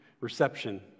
reception